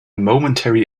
momentary